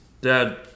Dad